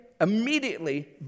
immediately